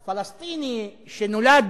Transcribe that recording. יש אנשים שאומרים "מדינת הלאום של העם היהודי".